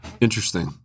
Interesting